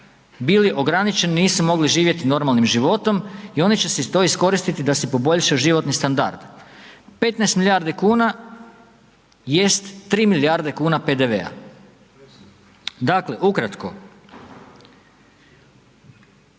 bili ograničeni, nisu mogli živjeti normalnim životom i oni će si to iskoristiti da si poboljšaju životni standard. 15 milijardi kuna jest 3 milijarde kuna PDV-a. Dakle ukratko,